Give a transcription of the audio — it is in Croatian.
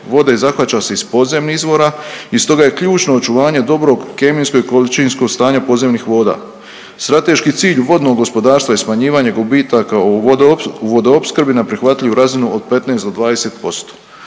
vode zahvaća se iz podzemnih izvora i stoga je ključno očuvanje dobrog kemijskog i količinskog stanja podzemnih voda. Strateški cilj vodnog gospodarstva je smanjivanje gubitaka u vodoopskrbi na prihvatljivu razinu od 15 do 20%